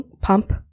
pump